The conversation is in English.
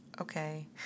okay